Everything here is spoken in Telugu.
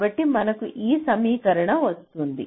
కాబట్టి మనకు ఈ సమీకరణ వస్తుంది